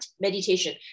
meditation